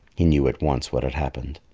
he knew at once what had happened.